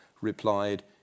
replied